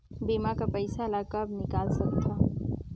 बीमा कर पइसा ला कब निकाल सकत हो?